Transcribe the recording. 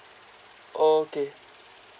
okay